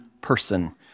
person